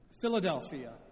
Philadelphia